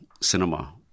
cinema